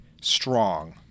strong